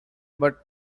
but